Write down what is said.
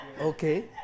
Okay